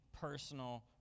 personal